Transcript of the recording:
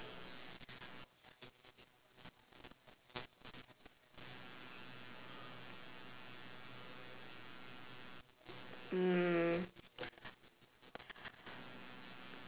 mm